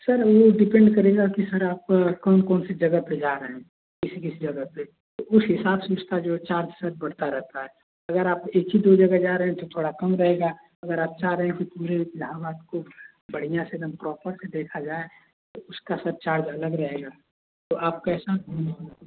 sir वो depend करेगा कि सर आप कौन कौन सी जगह पर जा रहे हैं कि इस जगह पर पूरी हिसाब से लिस्ट का जो चाप हाई वो बढ़त रहता है अगर आप एक ही दो जगह जा रहे हैं तो थोड़ा कम हो जायेगा अगर आप चाह रहे हैं कि पूरे इलाहाबाद को बढ़िया से प्रापर देखा जाये उसका सर चार्ज अलग रहेगा तो आप कैसन घूमो